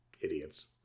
idiots